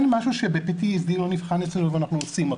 אין משהו ב-PTSD לא נבחן אצלנו ואנחנו עושים אותו,